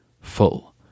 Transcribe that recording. full